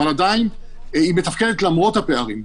אבל עדיין היא מתפקדת למרות הפערים.